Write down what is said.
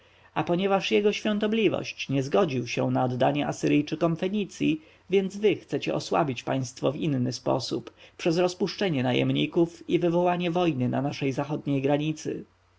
a ponieważ jego świątobliwość nie zgodził się na oddanie asyryjczykom fenicji więc wy chcecie osłabić państwo w inny sposób przez rozpuszczenie najemników i wywołanie wojny na naszej zachodniej granicy